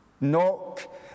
knock